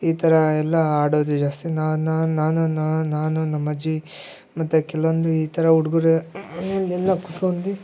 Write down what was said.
ಈ ಥರಾ ಎಲ್ಲ ಆಡೋದು ಜಾಸ್ತಿ ನಾನು ನಮ್ಮಜ್ಜಿ ಮತ್ತು ಕೆಲವೊಂದು ಈ ಥರ ಹುಡುಗರ ಮನೆಲೆಲ್ಲಾ ಕೂತ್ಕೊಂಡು